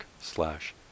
slash